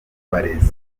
barezi